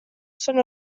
són